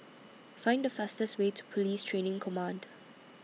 Find The fastest Way to Police Training Command